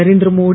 Narendra Modi